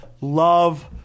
Love